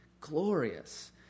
Glorious